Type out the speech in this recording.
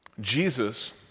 Jesus